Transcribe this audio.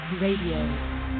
Radio